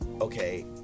okay